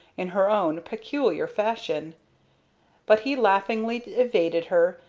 in her own peculiar fashion but he laughingly evaded her,